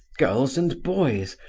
girls and boys,